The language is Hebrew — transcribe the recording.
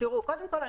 קודם כל,